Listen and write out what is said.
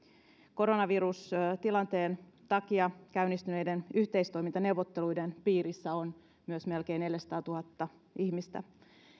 koronavirustilanteen takia käynnistyneiden yhteistoimintaneuvotteluiden piirissä on myös melkein neljäsataatuhatta ihmistä